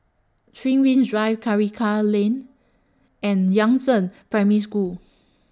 three Rings Drive Karikal Lane and Yangzheng Primary School